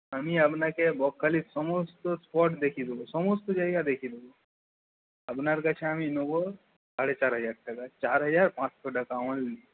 আমি আপনাকে বকখালির সমস্ত স্পট দেখিয়ে দেব সমস্ত জায়গা দেখিয়ে দেব আপনার কাছে আমি নেব সাড়ে চার হাজার টাকা চার হাজার পাঁচশ টাকা অনলি